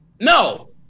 no